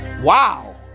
Wow